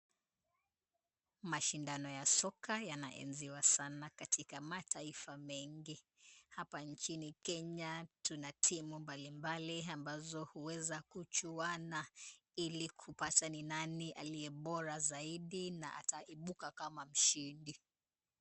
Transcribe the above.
Mashindano ya soka yanaenziwa sana katika mataifa mengi. Hapa nchini Kenya tuna timu mbalimbali ambazo huweza kuchuana ili kupata ni nani aliyebora zaidi na ataibuka kama mshindi.